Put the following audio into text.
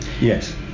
Yes